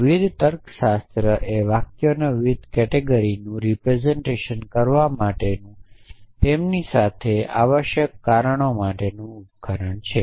વિવિધ તર્કશાસ્ત્ર એ વાક્યોની વિવિધ કેટેગરીનું પ્રતિનિધિત્વ કરવા માટેનું તેમની સાથે આવશ્યક કારણો માટેનું ઉપકરણ છે